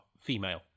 female